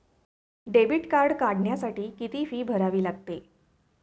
Debit card काढण्यासाठी किती fee भरावी लागते?